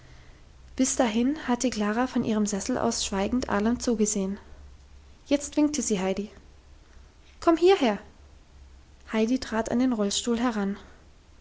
bis dahin hatte klara von ihrem sessel aus schweigend allem zugesehen jetzt winkte sie heidi komm hierher heidi trat an den rollstuhl heran